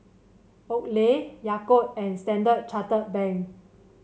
Oakley Yakult and Standard Chartered Bank